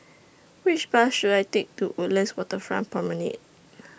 Which Bus should I Take to Woodlands Waterfront Promenade